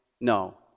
no